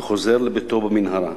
וחוזר לביתו במנהרה.